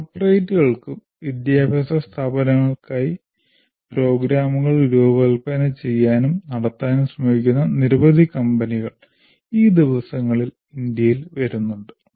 കോർപ്പറേറ്റുകൾക്കും വിദ്യാഭ്യാസ സ്ഥാപനങ്ങൾക്കുമായി പ്രോഗ്രാമുകൾ രൂപകൽപ്പന ചെയ്യാനും നടത്താനും ശ്രമിക്കുന്ന നിരവധി കമ്പനികൾ ഈ ദിവസങ്ങളിൽ ഇന്ത്യയിൽ വരുന്നുണ്ട്